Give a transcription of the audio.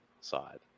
side